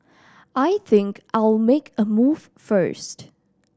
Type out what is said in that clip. I think I'll make a move first